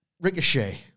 Ricochet